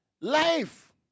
Life